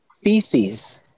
feces